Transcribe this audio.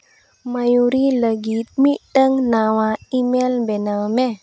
ᱢᱟᱭᱩᱨᱤ ᱞᱟᱹᱜᱤᱫ ᱢᱤᱫᱴᱟᱝ ᱱᱟᱣᱟ ᱤᱢᱮᱞ ᱵᱮᱱᱟᱣ ᱢᱮ